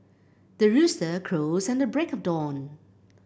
the rooster crows at the break of dawn